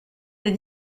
des